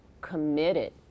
committed